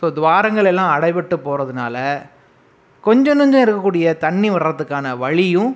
so துவாரங்கள் எல்லாம் அடைபட்டு போகறதுனால கொஞ்ச நஞ்ச இருக்க கூடிய தண்ணீர் வரத்துக்கான வழியும்